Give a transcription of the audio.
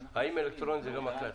האם האלקטרוני זה גם הקלטה?